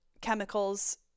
chemicals